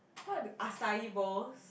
what acai bowls